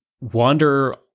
wander